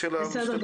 בסדר.